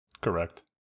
Correct